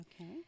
okay